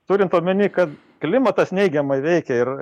turint omeny kad klimatas neigiamai veikia ir